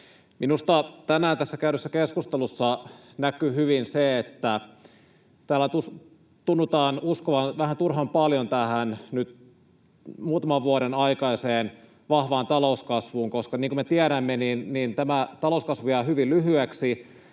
Minusta tänään tässä käydyssä keskustelussa näkyi hyvin se, että täällä tunnutaan uskovan vähän turhan paljon tähän muutaman vuoden aikaiseen vahvaan talouskasvuun, koska niin kuin me tiedämme, tämä talouskasvu jää hyvin lyhyeksi